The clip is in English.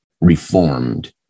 reformed